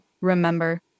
remember